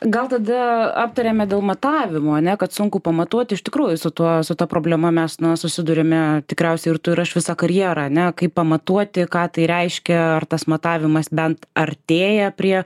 gal tada aptarėme dėl matavimų ane kad sunku pamatuot iš tikrųjų su tuo su ta problema mes na susiduriame tikriausiai ir tu ir aš visą karjerą ane kaip pamatuoti ką tai reiškia ar tas matavimas bent artėja prie